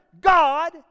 God